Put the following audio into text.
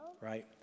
right